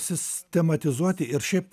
sistematizuoti ir šiaip